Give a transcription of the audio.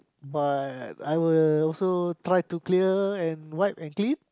but I will also try to clear and wipe and clean